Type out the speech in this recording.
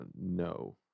No